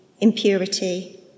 impurity